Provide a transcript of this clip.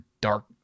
dark